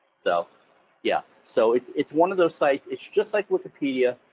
so yeah so it's it's one of those sites, it's just like wikipedia,